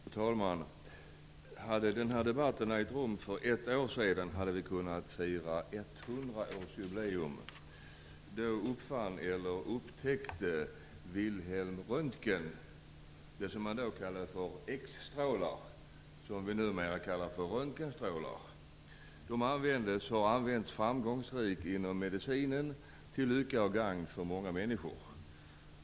Fru talman! Hade den här debatten ägt rum för ett år sedan hade vi kunnat fira 100-årsjubileum. För 101 år sedan upptäckte Wilhelm Röntgen det man då kallade för X-strålar och som vi numera kallar för röntgenstrålar. De har använts framgångsrikt inom medicinen till lycka och gagn för många människor.